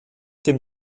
dem